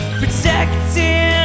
protecting